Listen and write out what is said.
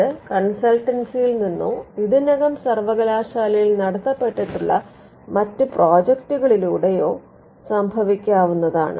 ഇത് കൺസൾട്ടൻസിയിൽ നിന്നോ ഇതിനകം സർവകലാശാലയിൽ നടത്തപ്പെട്ടിട്ടുള്ള മറ്റ് പ്രോജെക്ടുകളിലൂടെയോ സംഭവിക്കാവുന്നതാണ്